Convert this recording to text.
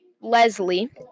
Leslie